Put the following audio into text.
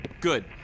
Good